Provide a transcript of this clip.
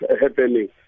happening